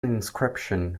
inscription